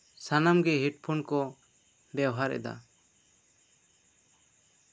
ᱥᱟᱱᱟᱢ ᱜᱮ ᱦᱮᱰᱯᱷᱳᱱ ᱠᱚ ᱵᱮᱣᱦᱟᱨ ᱮᱫᱟ